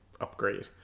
Upgrade